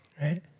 right